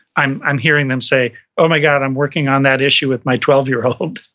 i'm i'm hearing them say, oh my god, i'm working on that issue with my twelve year old.